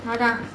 அதான்:athaan